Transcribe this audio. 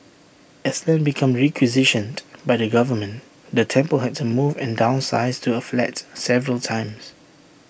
as land became requisitioned by the government the temple had to move and downsize to A flat several times